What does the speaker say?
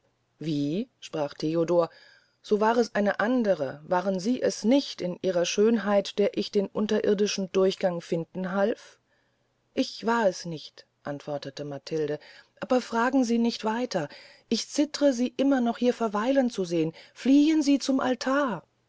wie sprach theodor so war es eine andre waren sie es nicht in ihrer schönheit der ich den unterirrdischen durchgang finden half ich war es nicht antwortete matilde aber fragen sie nicht weiter ich zittre sie immer noch hier verweilen zu sehn fliehen sie zum altar